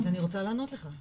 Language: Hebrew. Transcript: אז אני רוצה לענות לך.